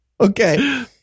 Okay